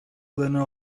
learner